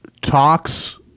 talks